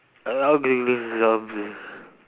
uh okay